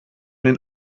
den